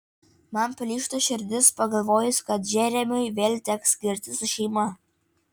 man plyšta širdis pagalvojus kad džeremiui vėl teks skirtis su šeima